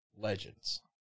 legends